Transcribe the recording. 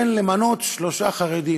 כן, למנות שלושה חרדים,